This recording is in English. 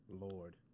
Lord